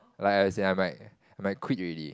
like I said I might I might quit already